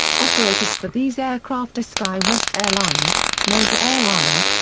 operators for these aircraft are skywest airlines, mesa airlines,